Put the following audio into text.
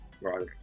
Right